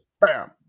Bam